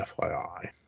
FYI